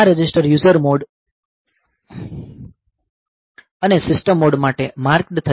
આ register user mode અને system mode માટે માર્કડ થયેલ છે